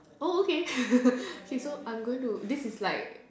oh okay okay so I'm going to this is like